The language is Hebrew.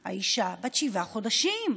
האישה: בת שבעה חודשים.